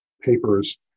papers